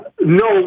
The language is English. No